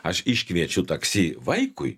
aš iškviečiu taksi vaikui